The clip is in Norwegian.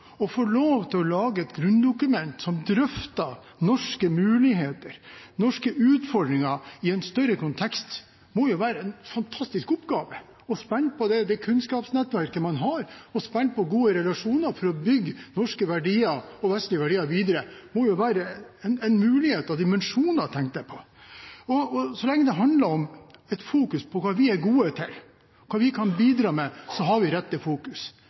Å få lov til å lage et grunndokument som drøfter norske muligheter, norske utfordringer i en større kontekst, må være en fantastisk oppgave. Å spille på det kunnskapsnettverket man har, spille på gode relasjoner for å bygge norske og vestlige verdier videre, må være en mulighet av dimensjoner, tenkte jeg på. Så lenge det handler om å fokusere på hva vi er gode til, hva vi kan bidra med, har vi riktig fokus.